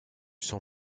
sang